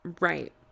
Right